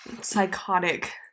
psychotic